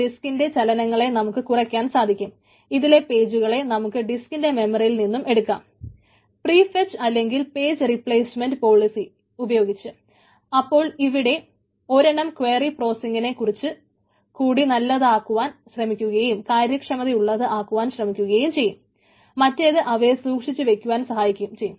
disk space management layer കുറച്ചു കൂടി നല്ലതാക്കുവാൻ ശ്രമിക്കുകയും കാര്യക്ഷമമുള്ളതാക്കുവാൻ ശ്രമിക്കുകയും മറ്റേത് അവയെ സൂക്ഷിച്ചു വക്കുവാൻ സഹായിക്കുകയും ചെയ്യുന്നു